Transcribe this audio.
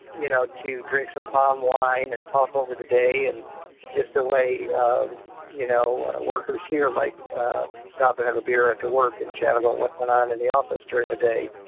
you know to drink some palm wine and talk over the day, and just the way um you know workers here might stop and have a beer after work and chat about what went on in the office during the day,